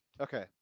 Okay